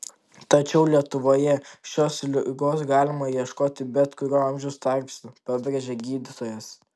tačiau lietuvoje šios ligos galima ieškoti bet kuriuo amžiaus tarpsniu pabrėžia gydytojas